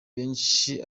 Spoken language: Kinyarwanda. benshi